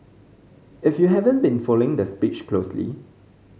if you haven't been following the speech closely